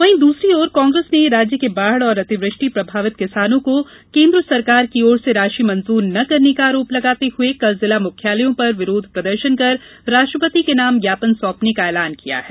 वहीं दूसरी ओर कांग्रेस ने राज्य के बाढ़ और अतिवृष्टि प्रभावित किसानो को केन्द्र सरकार की ओर से राशि मंजूर न करने का आरोप लगाते हुए कल जिला मुख्यालयों पर विरोध प्रदर्शन कर राष्ट्रपति के नाम ज्ञापन सौंपने का ऐलान किया है